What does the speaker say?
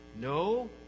No